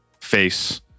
face